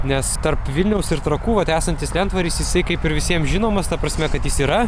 nes tarp vilniaus ir trakų vot esantis lentvaris jisai kaip ir visiems žinomas ta prasme kad jis yra